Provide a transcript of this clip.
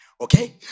Okay